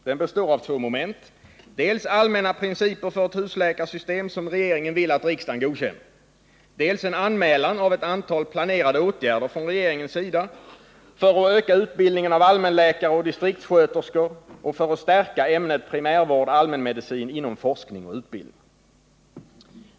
Den består av två moment, dels allmänna principer för ett husläkarsystem som regeringen vill att riksdagen godkänner, dels en anmälan av ett antal planerade åtgärder från regeringens sida för att öka utbildningen av allmänläkare och distriktssköterskor och för att stärka ämnet primärvård / allmänmedicin inom forskning och utbildning.